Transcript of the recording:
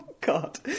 God